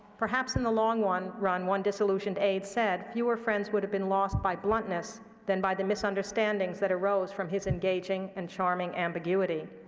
perhaps in the long run, one disillusioned aide said fewer friends would have been lost by bluntness than by the misunderstandings that arose from his engaging and charming ambiguity.